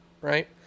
right